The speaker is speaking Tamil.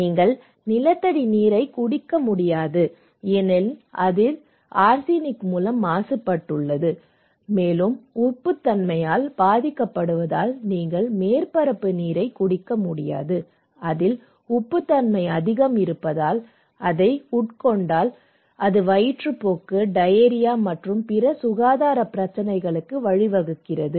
நீங்கள் நிலத்தடி நீரை குடிக்க முடியாது ஏனெனில் இது ஆர்சனிக் மூலம் மாசுபட்டுள்ளது மேலும் உப்புத்தன்மையால் பாதிக்கப்படுவதால் நீங்கள் மேற்பரப்பு நீரை குடிக்க முடியாது அதில் உப்புத்தன்மை அதிகம் இருப்பதால் அதை உட்கொண்டால் அது வயிற்றுப்போக்கு டயேரியா மற்றும் பிற சுகாதார பிரச்சினைகளுக்கு வழிவகுக்கிறது